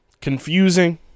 confusing